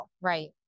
Right